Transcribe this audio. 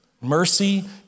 Mercy